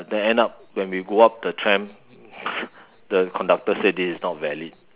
then end up when we go up the tram the conductor say this is not valid